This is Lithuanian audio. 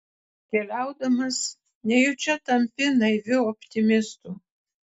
keliaudamas nejučia tampi naiviu optimistu